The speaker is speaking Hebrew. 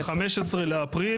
ב-15 באפריל,